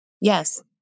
Yes